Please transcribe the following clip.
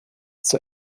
zur